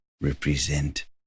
represent